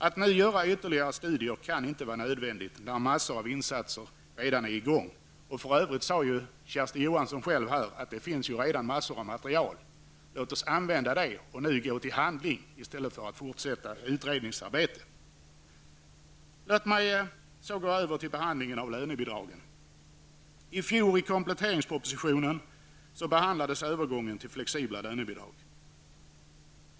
Att nu göra ytterligare studier kan inte vara nödvändigt, när massor av insatser redan är i gång. Kersti Johansson sade för övrigt att det redan finns massor med material. Lås oss använda det och nu gå till handling i stället för att fortsätta utredningsarbetet. Låt mig så gå över till frågan om lönebidragen. I fjolårets kompletteringsproposition behandlades frågan om övergång till flexibla lönebidrag.